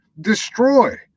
destroy